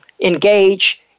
engage